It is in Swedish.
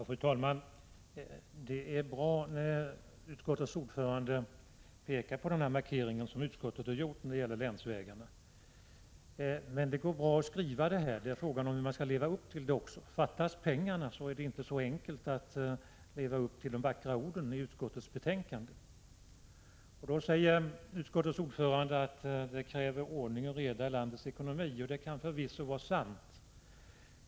Fru talman! Det är bra när utskottets ordförande pekar på den markering som utskottet har gjort när det gäller länsvägarna. Det går bra att skriva detta — men det gäller att kunna leva upp till det också. Fattas pengarna är det inte så enkelt att leva upp till de vackra orden i utskottsbetänkandet. Utskottets ordförande säger då att det krävs ordning och reda i landets ekonomi. Det kan förvisso vara sant.